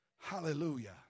hallelujah